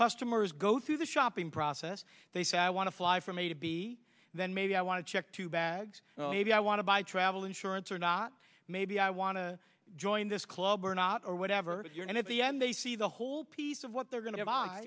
customers go through the shopping process they say i want to fly from a to b then maybe i want to check two bags maybe i want to buy travel insurance or not maybe i want to join this club or not or whatever and at the end they see the whole piece of what they're going to have